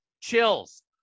chills